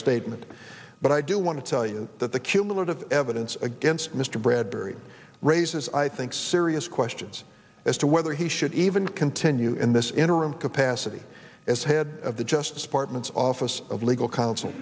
statement but i do want to tell you that the cumulative evidence against mr bradbury raises i think serious questions as to whether he should even continue in this interim capacity as head of the justice department's office of legal counsel